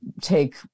take